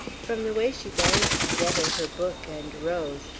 from the way she banged together her book and rose,